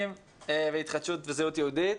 התחדשות וזהות יהודית?